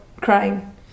crying